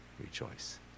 Rejoice